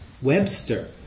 Webster